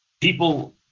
people